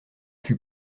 fut